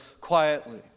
quietly